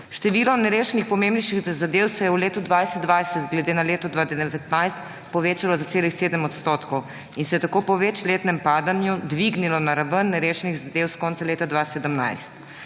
Število nerešenih pomembnejših zadev se je v letu 2020 glede na leto 2019 povečalo za celih 7 %. Tako se je po večletnem padanju dvignilo na raven nerešenih zadev s konca leta 2017.